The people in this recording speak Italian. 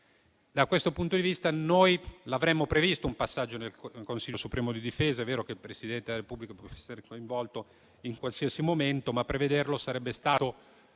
Da questo punto di vista, noi avremmo previsto un passaggio nel Consiglio supremo di difesa. È vero che il Presidente della Repubblica può essere coinvolto in qualsiasi momento, ma prevederlo sarebbe stato